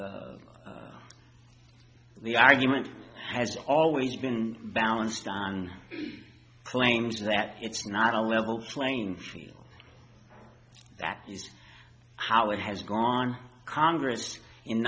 th the the argument has always been balanced on claims that it's not a level playing field that is how it has gone congress in